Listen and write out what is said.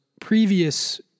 previous